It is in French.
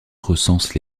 recense